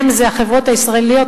"הם" זה החברות הישראליות,